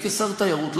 אני כשר תיירות,